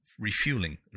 Refueling